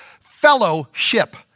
fellowship